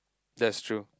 that's true